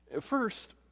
First